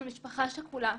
אנחנו משפחה שכולה,